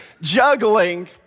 Juggling